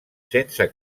sense